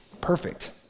perfect